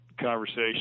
conversation